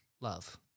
Love